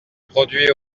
produit